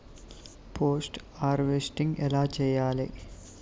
Post harvesting ఎలా చెయ్యాలే?